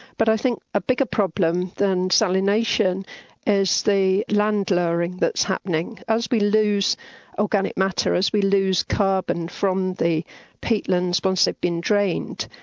but i think a bigger problem than salination is the land lowering that's happening. as we lose organic matter, as we lose carbon from the peatlands, once they've been drained,